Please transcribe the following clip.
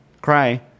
Cry